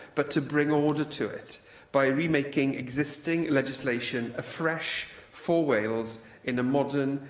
but to bring order to it by remaking existing legislation afresh for wales in a modern,